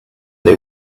they